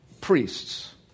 priests